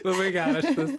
labai geras šitas